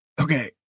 Okay